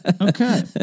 Okay